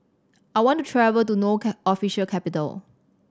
I want to travel to No official capital